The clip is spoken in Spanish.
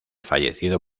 fallecido